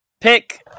pick